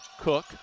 Cook